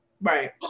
Right